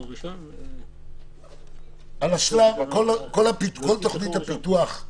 כל תוכנית הפיתוח.